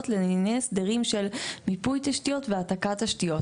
לענייני הסדרים של מיפוי תשתיות והעתקת תשתיות.